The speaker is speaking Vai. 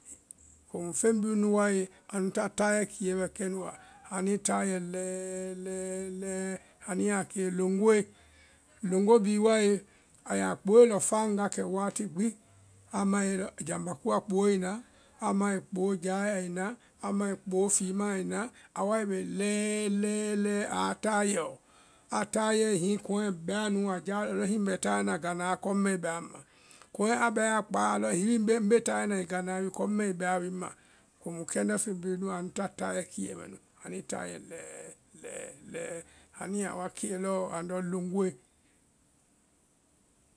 Komu feŋ bhii nu nu wae anuã tayɛ kiɛ bɛ kɛnu wa, anuĩ tayɛ lɛɛ, lɛɛ, lɛɛ, anu yaa kée loŋgoe, loŋgoe bhii wae a yaa kpooe lɔ faŋ wa kɛ wati gbi, a mae lɔ jambá kuwa kpooe i na, amae kpoo jae i na, amae kpoo fimaã ai na, a wae bɛ lɛɛ lɛɛ aa tayɛɔ. Á tayɛe hiŋi kɔŋɛ bɛa núu a jáa, alɔ hiŋi wi ŋ bɛ tayɛ na gánáa kɔŋ mɛɛi bɛa ŋma, kɔŋɛ a bɛae a kpáa alɔ hiŋi wi mbe tayɛ na gánáa kɔŋ mɛɛi bɛa ŋ ma, komu kɛndɛ feŋ bhii nunu anu ta tayɛ kiiɛ mɛ nu, anuĩ tayɛ lɛɛ, lɛɛ, lɛɛ anu ya a wa kée loŋgoe.